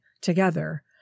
together